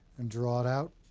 and draw it out,